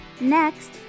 Next